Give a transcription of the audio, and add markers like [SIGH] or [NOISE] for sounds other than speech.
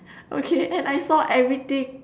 [LAUGHS] okay and I saw everything